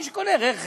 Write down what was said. מי שקונה רכב.